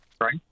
Right